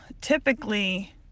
typically